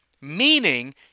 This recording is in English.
Meaning